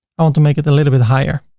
i want to make it a little bit higher.